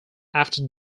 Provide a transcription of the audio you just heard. after